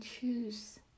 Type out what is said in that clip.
choose